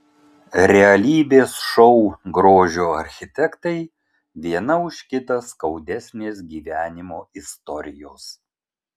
realybės šou grožio architektai viena už kitą skaudesnės gyvenimo istorijos